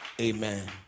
Amen